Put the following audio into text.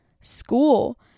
school